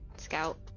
Scout